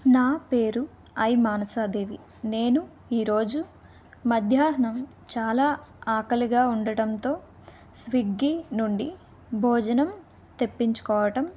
నా పేరు ఐ మానసాదేవి నేను ఈరోజు మధ్యాహ్నం చాలా ఆకలిగా ఉండటంతో స్విగ్గీ నుండి భోజనం తెప్పించుకోవటం